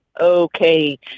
okay